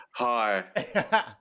Hi